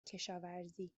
کشاورزی